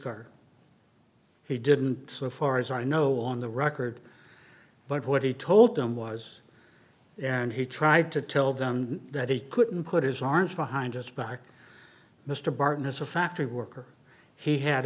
car he didn't so far as i know on the record but what he told them was and he tried to tell them that he couldn't put his arms behind his back mr barton is a factory